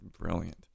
brilliant